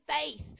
faith